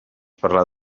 parlar